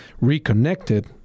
reconnected